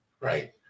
right